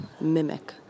mimic